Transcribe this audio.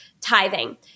tithing